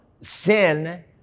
sin